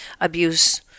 abuse